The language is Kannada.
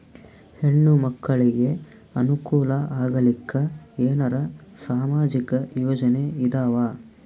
ಹೆಣ್ಣು ಮಕ್ಕಳಿಗೆ ಅನುಕೂಲ ಆಗಲಿಕ್ಕ ಏನರ ಸಾಮಾಜಿಕ ಯೋಜನೆ ಇದಾವ?